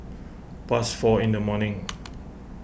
past four in the morning